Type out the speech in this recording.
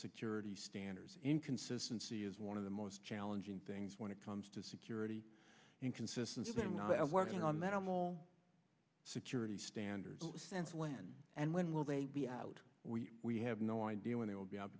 security standards inconsistency is one of the most challenging things when it comes to security and consistency of working on matter mall security standards since when and when will they be out we we have no idea when they will be